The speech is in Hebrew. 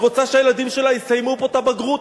היא רוצה שהילדים שלה יסיימו פה את הבגרות.